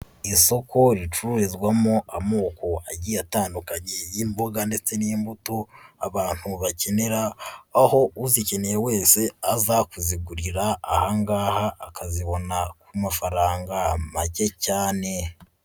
Isoko ricururizwamo amoko agiye atandukanye y'imboga ndetse n'imbuto abantu bakenera, aho uzikeneyene wese aza kuzigurira ahangaha, akazibona ku mafaranga make cyane.